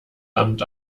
amt